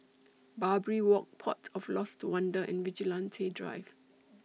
Barbary Walk Port of Lost Wonder and Vigilante Drive